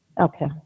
Okay